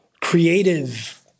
creative